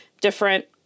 different